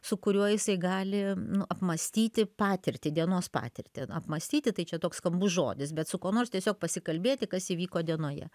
su kuriuo jisai gali nu apmąstyti patirtį dienos patirtį apmąstyti tai čia toks skambus žodis bet su kuo nors tiesiog pasikalbėti kas įvyko dienoje